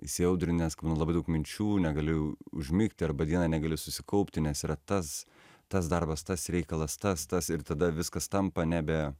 įsiaudrinęs labai daug minčių negaliu užmigti arba dieną negali susikaupti nes yra tas tas darbas tas reikalas tas tas ir tada viskas tampa nebe